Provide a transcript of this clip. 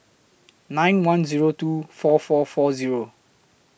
nine one Zero two four four four Zero